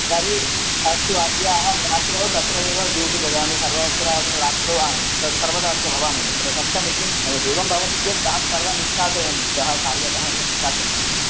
तर्हि अस्तु अद्य अहं रात्रौ तत्र एव ड्यूटी ददामि सर्वत्र रात्रौ सर्वदा अत्र भवामि तत्र पश्यामि किं भवति एवं भवति चेत् तान् सर्वान् निष्कासयामि इतः कार्यतः एव निष्कासयामि